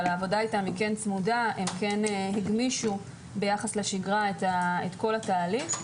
העבודה הייתה צמודה והם הגמישו ביחס לשגרה את כל התהליך.